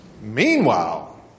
Meanwhile